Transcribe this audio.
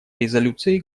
резолюции